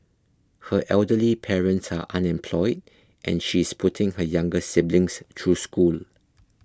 her elderly parents are unemployed and she is putting her younger siblings through school